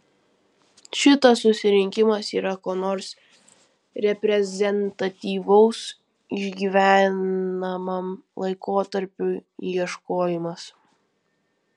šitas susirinkimas yra ko nors reprezentatyvaus išgyvenamam laikotarpiui ieškojimas